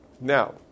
Now